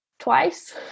Twice